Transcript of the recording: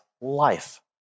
life